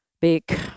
big